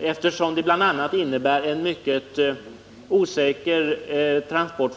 eftersom detta bl.a. innebär en försörjningsmässigt mycket osäker transport.